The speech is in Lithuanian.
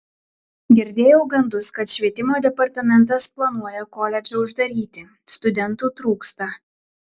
girdėjau gandus kad švietimo departamentas planuoja koledžą uždaryti studentų trūksta